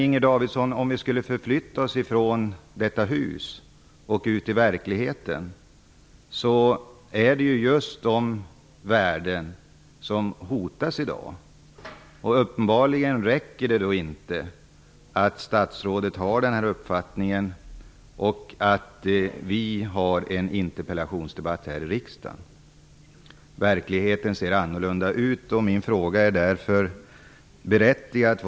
I verkligheten utanför detta hus, Inger Davidson, hotas just dessa värden i dag. Det räcker uppenbarligen inte med att statsrådet har den här uppfattningen och att vi har en interpellationsdebatt här i riksdagen. Verkligheten ser annorlunda ut, och därför är min fråga berättigad.